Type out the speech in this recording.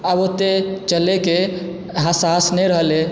आब ओतेक चलयके साहस नहि रहलै